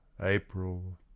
April